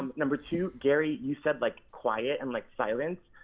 um number two, gary you said like quiet and like silence.